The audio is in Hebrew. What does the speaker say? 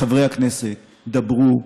מחברי הכנסת: דברו,